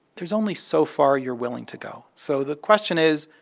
there's only so far you're willing to go. so the question is,